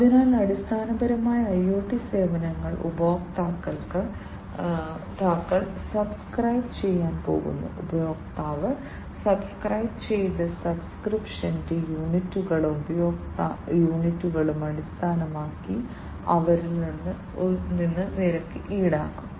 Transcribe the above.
അതിനാൽ അടിസ്ഥാനപരമായി IoT സേവനങ്ങൾ ഉപഭോക്താക്കൾ സബ്സ്ക്രൈബ് ചെയ്യാൻ പോകുന്നു ഉപഭോക്താവ് സബ്സ്ക്രൈബുചെയ്ത സബ്സ്ക്രിപ്ഷന്റെ യൂണിറ്റുകളും ഉപയോഗ യൂണിറ്റുകളും അടിസ്ഥാനമാക്കി അവരിൽ നിന്ന് നിരക്ക് ഈടാക്കും